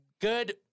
good